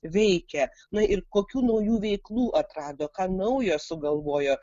veikia na ir kokių naujų veiklų atrado ką naujo sugalvojo